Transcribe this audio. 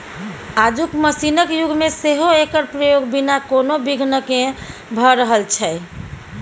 आजुक मशीनक युग मे सेहो एकर प्रयोग बिना कोनो बिघ्न केँ भ रहल छै